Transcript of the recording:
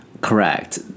Correct